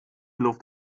luft